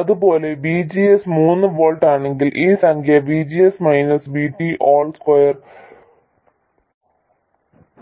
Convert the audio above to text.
അതുപോലെ VGS മൂന്ന് volt ആണെങ്കിൽ ഈ സംഖ്യ VGS minus VT whole square